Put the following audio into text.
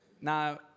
now